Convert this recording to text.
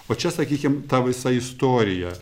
o čia sakykim ta visa istorija